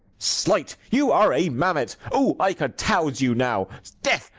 slight, you are a mammet! o, i could touse you, now. death,